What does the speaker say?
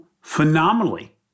phenomenally